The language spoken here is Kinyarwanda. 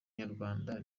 nyarwanda